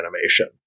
animation